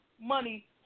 money